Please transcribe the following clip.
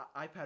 iPad